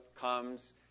comes